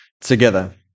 together